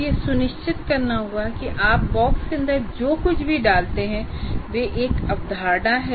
आपको यह सुनिश्चित करना चाहिए कि आप बॉक्स के अंदर जो कुछ भी डालते हैं वह एक अवधारणा है